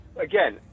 again